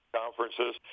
conferences